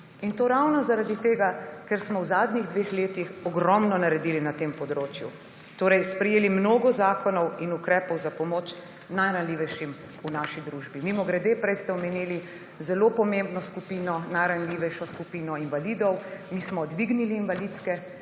in to ravno zaradi tega, ker smo v zadnjih dveh letih ogromno naredili na tem področju. Torej, sprejeli mnogo zakonov in ukrepov za pomoč najranljivejšim v naši družbi. Mimogrede, prej ste omenili zelo pomembno skupino, najranljivejšo skupino invalidov. Mi smo dvignili najnižje